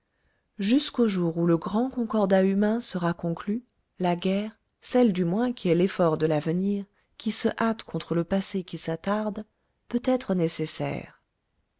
jusqu'au jour où le grand concordat humain sera conclu la guerre celle du moins qui est l'effort de l'avenir qui se hâte contre le passé qui s'attarde peut être nécessaire